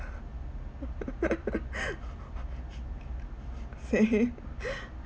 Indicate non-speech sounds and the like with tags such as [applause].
[laughs] same